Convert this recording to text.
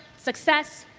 success,